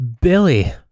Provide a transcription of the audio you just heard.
Billy